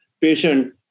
patient